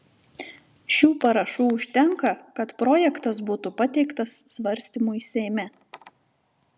šių parašų užtenka kad projektas būtų pateiktas svarstymui seime